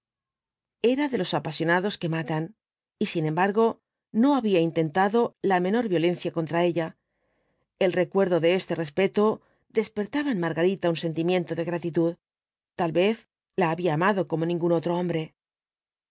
los cuatro jinbtbss dbl apocalipsis apasionados que matan y sin embargo no había intentado la menor violencia contra ella el recuerdo de este respeto despertaba en margarita un sentimiento de gratitud tal vez la había amado como ningún otro hombre